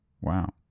Wow